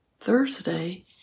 Thursday